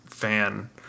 fan